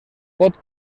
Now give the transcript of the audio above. pot